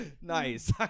Nice